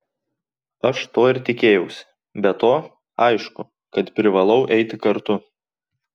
aš to ir tikėjausi be to aišku kad privalau eiti kartu